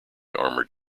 armoured